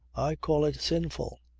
i call it sinful.